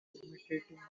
imitating